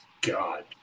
God